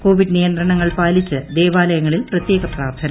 Covid നിയന്ത്രണങ്ങൾ പാലിച്ച് ദേവാലയങ്ങളിൽ പ്രത്യേക പ്രാർത്ഥന